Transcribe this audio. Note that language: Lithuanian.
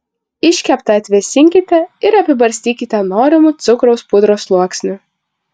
iškeptą atvėsinkite ir apibarstykite norimu cukraus pudros sluoksniu